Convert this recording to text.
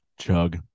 Chug